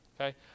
Okay